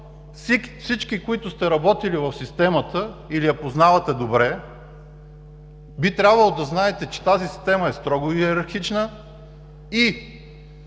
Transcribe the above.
всички, които сте работили в системата или я познавате добре, би трябвало да знаете, че тази система е строго йерархична и